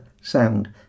sound